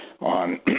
on